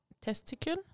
testicle